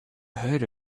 heard